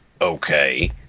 Okay